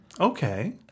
Okay